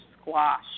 squash